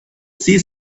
see